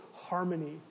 harmony